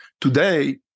Today